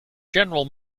general